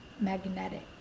magnetic